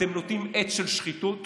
אתם נוטעים עץ של שחיתות,